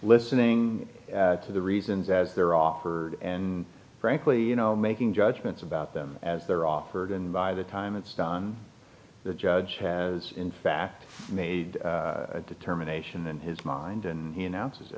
listening to the reasons as they're offered and frankly you know making judgments about them as they're offered and by the time it's done the judge has in fact made a determination in his mind and you know